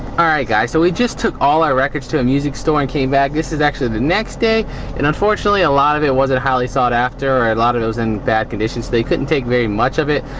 alright guys, so we just took all our records to a music store and came back this is actually the next day and unfortunately a lot of it wasn't highly sought-after or a lot of those in bad conditions they couldn't take very much of it.